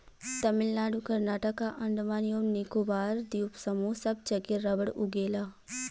तमिलनाडु कर्नाटक आ अंडमान एवं निकोबार द्वीप समूह सब जगे रबड़ उगेला